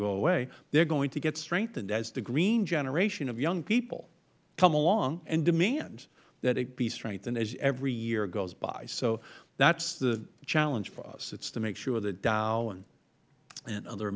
go away they are going to get strengthened as the green generation of young people come along and demand that they be strengthened as every year goes by so that is the challenge for us it is to make sure that dow and other